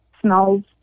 smells